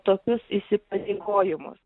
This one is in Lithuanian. tokius įsipareigojimus